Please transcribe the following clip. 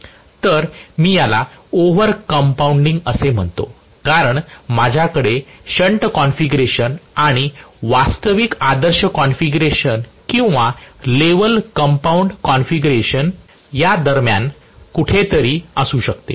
तर मी याला ओव्हर कंपाऊंडिंग असे म्हणतो कारण माझ्याकडे शंट कॉन्फिगरेशन आणि वास्तविक आदर्श कॉन्फिगरेशन किंवा लेव्हल कंपाऊंड कॉन्फिगरेशन या दरम्यान कुठेतरी असू शकते